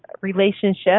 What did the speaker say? relationship